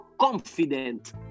confident